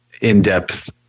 in-depth